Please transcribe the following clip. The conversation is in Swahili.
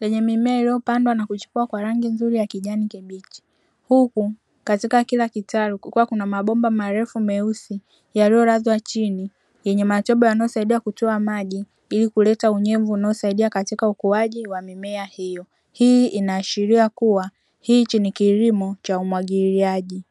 lenye mimea iliyopandwa na kuchipua kwa rangi nzuri ya kijani kibichi, huku katika kila kitalu kukiwa kuna mabomba marefu meusi yaliyolazwa chini; yenye matobo yanayosaidia kutoa maji ili kuleta unyevu unaosaidia katika ukuaji wa mimea hiyo. Hii inaashiria kuwa hichi ni kilimo cha umwagiliaji.